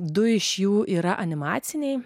du iš jų yra animaciniai